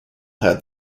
had